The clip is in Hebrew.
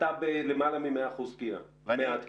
ואתה מעל התקינה.